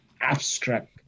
abstract